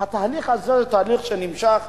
התהליך הזה הוא תהליך שנמשך.